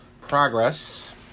progress